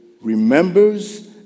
remembers